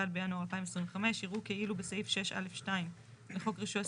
1 בינואר 2025 יראו כאילו בסעיף 6(א)(2) לחוק רישוי עסקים.